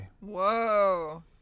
Whoa